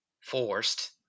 forced